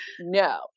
No